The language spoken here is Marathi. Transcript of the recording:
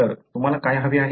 तर तुम्हाला काय हवे आहे